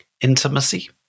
Intimacy